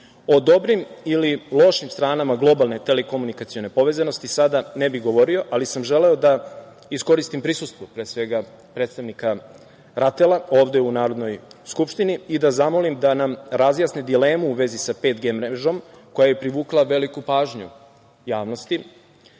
dobrim ili lošim stranama globalne telekomunikacione povezanosti sada ne bih govorio, ali sam želeo da iskoristim prisustvo pre svega predstavnika RATEL-a ovde u Narodnoj skupštini i da zamolim da nam razjasni dilemu u vezi sa 5Gmrežom koja je privukla veliku pažnju javnosti